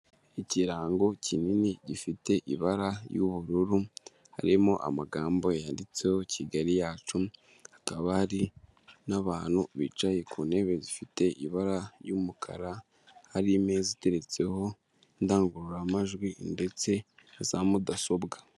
Ikirango kinini gifite ibara ry'ubururu, harimo amagambo yanditseho Kigali yacu, hakaba hari n'abantu bicaye ku ntebe zifite ibara ry'umukara, hari imeza iteretseho indangururamajwi, ndetse na za mudasobwa.